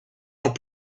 ans